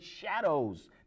shadows